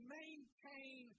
maintain